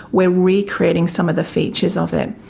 we're recreating some of the features of it.